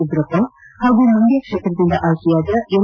ಉಗ್ರಪ್ಪ ಹಾಗೂ ಮಂಡ್ಕ ಕ್ಷೇತ್ರದಿಂದ ಆಯ್ಕೆಯಾದ ಎಲ್